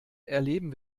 erleben